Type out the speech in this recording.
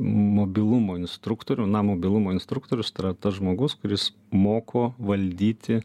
mobilumo instruktorių na mobilumo instruktorius tai yra tas žmogus kuris moko valdyti